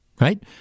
right